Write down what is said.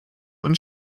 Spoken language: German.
und